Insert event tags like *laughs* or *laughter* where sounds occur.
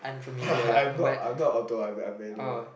*laughs* I'm not I'm not auto one but I'm manual